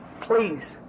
please